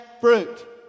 fruit